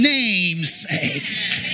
namesake